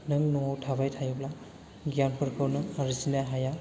नों न'आव थाबाय थायोब्ला गियानफोरखौ नों आरजिनो हाया